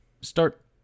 start